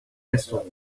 pistol